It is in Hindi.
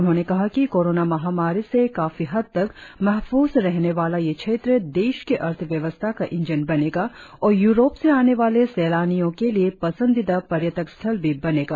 उन्होंने कहा कि कोरोना महामारी से काफी हद तक महफूस रहने वाला यह क्षेत्र देश की अर्थव्यवस्था का इंजन बनेगा और यूरोप से आने वाले सैलानियों के लिए पसंदीदा पर्यटक स्थल भी बनेगा